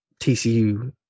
TCU